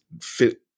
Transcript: fit